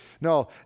No